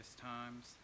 Times